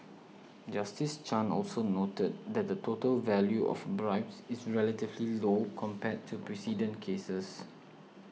Justice Chan also noted that the total value of bribes is relatively low compared to precedent cases